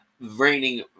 raining